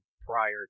prior